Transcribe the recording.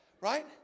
right